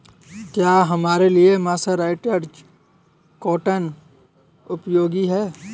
क्या हमारे लिए मर्सराइज्ड कॉटन उपयोगी है?